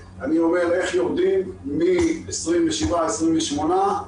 אני אומר איך יורדים מ-28-27 עוד.